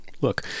look